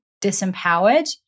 disempowered